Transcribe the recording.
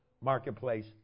marketplace